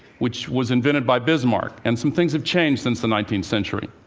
which was invented by bismarck and some things have changed since the nineteenth century.